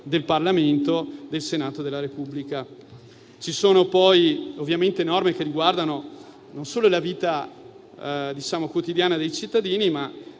del Parlamento e del Senato della Repubblica. Ci sono poi norme che riguardano non solo la vita quotidiana dei cittadini, ma